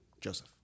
Joseph